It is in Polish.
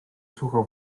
sucho